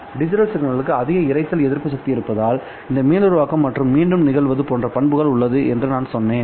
digital சிக்னல்களுக்கு அதிக இரைச்சல எதிர்ப்பு சக்தி இருப்பதால் இந்த மீளுருவாக்கம் மற்றும் மீண்டும் நிகழ்வது போன்ற பண்புகள் உள்ளது என்று நான் சொன்னேன்